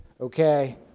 Okay